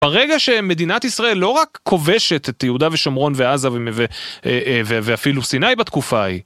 ברגע שמדינת ישראל לא רק כובשת את יהודה ושומרון ועזה ואפילו סיני בתקופה ההיא.